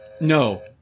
No